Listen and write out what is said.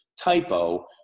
typo